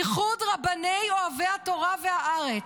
איחוד רבני אוהבי התורה והארץ,